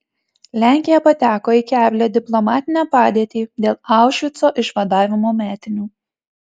lenkija pateko į keblią diplomatinę padėtį dėl aušvico išvadavimo metinių